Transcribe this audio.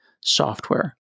software